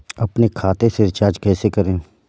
अपने खाते से रिचार्ज कैसे करें?